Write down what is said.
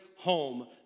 home